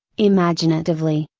imaginatively,